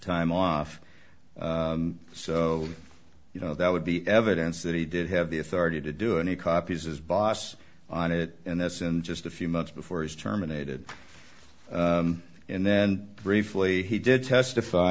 time off so you know that would be evidence that he did have the authority to do any copies as boss on it and that's in just a few months before his terminated and then briefly he did testify